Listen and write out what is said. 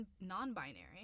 non-binary